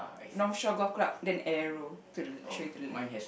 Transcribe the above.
North Shore Golf Club then arrow to the train to the left